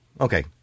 Okay